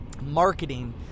marketing